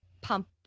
pump